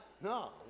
No